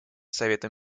советом